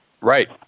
Right